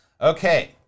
Okay